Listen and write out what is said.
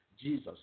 Jesus